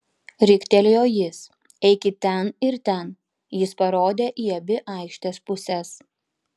riktelėjo jis eikit ten ir ten jis parodė į abi aikštės puses